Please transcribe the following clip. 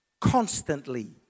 constantly